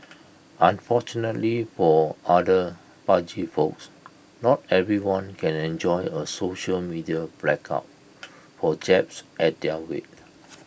unfortunately for other pudgy folks not everyone can enjoy A social media blackout for jabs at their weight